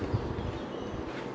you remember I go nursing